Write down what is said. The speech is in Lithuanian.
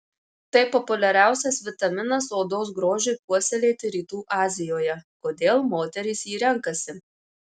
tai populiariausias vitaminas odos grožiui puoselėti rytų azijoje kodėl moterys jį renkasi